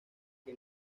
que